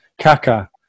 Kaka